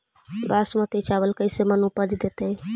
बासमती चावल कैसे मन उपज देतै?